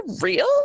real